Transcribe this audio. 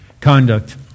conduct